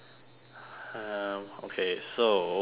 um okay so